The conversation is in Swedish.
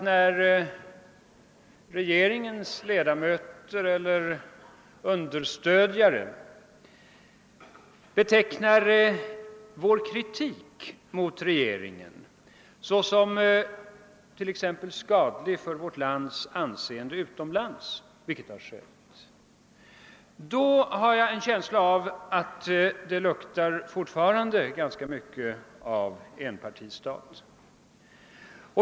När regeringens ledamöter eller anhängare t.ex. betecknar vår politik mot regeringen såsom skadlig för Sveriges anseende utomlands, vilket har skett, tycker jag mig däremot känna en alltför stark doft av enpartistat.